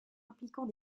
impliquant